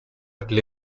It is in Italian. agli